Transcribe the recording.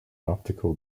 optical